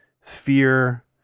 fear